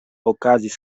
okazis